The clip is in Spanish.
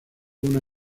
una